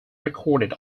recorded